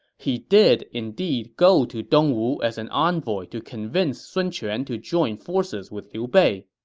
he did indeed go to dongwu as an envoy to convince sun quan to join forces with liu bei,